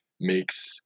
makes